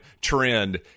trend